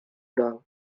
oral